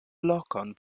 lokon